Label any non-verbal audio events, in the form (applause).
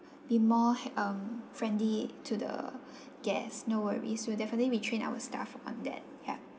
be more um friendly to the (breath) guests no worries we'll definitely retrain our staff on that ya